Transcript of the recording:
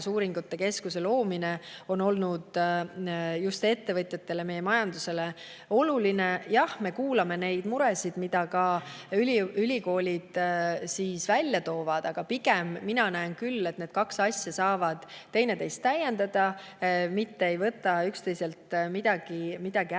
rakendusuuringute keskuse loomine on olnud just ettevõtjatele, meie majandusele oluline. Jah, me kuulame neid muresid, mida ülikoolid välja toovad, aga pigem mina näen küll, et need kaks asja saavad teineteist täiendada, mitte ei võta üksteiselt midagi ära.